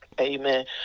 Amen